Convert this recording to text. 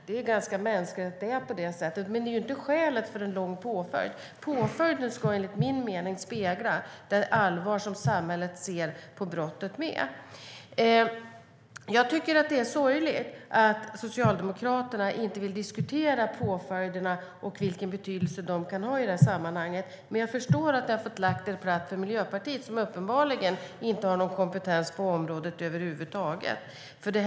Det är ganska mänskligt att det är på det sättet. Men det är inte skälet till en lång påföljd. Påföljden ska enligt min mening spegla det allvar som samhället ser på brottet med. Jag tycker att det är sorgligt att Socialdemokraterna inte vill diskutera påföljderna och vilken betydelse de kan ha i det här sammanhanget. Men jag förstår att ni har fått lägga er platt för Miljöpartiet, som uppenbarligen inte har någon kompetens över huvud taget på området.